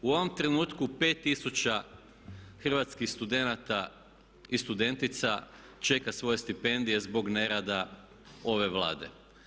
U ovom trenutku 5000 hrvatskih studenata i studentica čeka svoje stipendije zbog nerada ove Vlade.